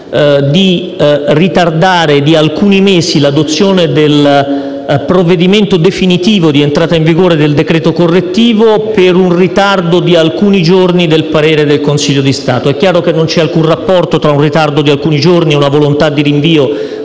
di ritardare di alcuni mesi l'adozione del provvedimento definitivo di entrata in vigore del decreto correttivo per un ritardo di alcuni giorni del Consiglio di Stato, ma è chiaro che non c'è alcun rapporto tra un ritardo di alcuni giorni e una volontà di rinvio